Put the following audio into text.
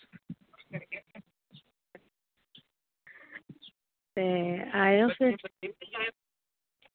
ते आएओ फिर तुस